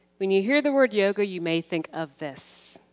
when you hear the word yoga you may think of this.